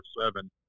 seven